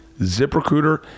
ZipRecruiter